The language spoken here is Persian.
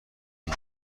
این